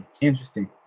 Interesting